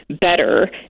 better